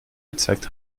gezeigt